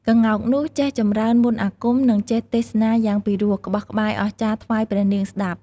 ក្ងោកនោះចេះចម្រើនមន្ដអាគម និងចេះទេសនាយ៉ាងពិរោះក្បោះក្បាយអស្ចារ្យថ្វាយព្រះនាងស្ដាប់។